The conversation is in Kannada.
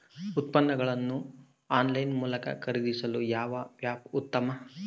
ಉತ್ಪನ್ನಗಳನ್ನು ಆನ್ಲೈನ್ ಮೂಲಕ ಖರೇದಿಸಲು ಯಾವ ಆ್ಯಪ್ ಉತ್ತಮ?